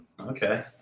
Okay